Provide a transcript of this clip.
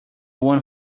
one